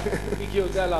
מיקי יודע להקשיב.